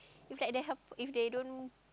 look at them if they don't